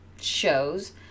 shows